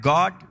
God